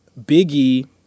Biggie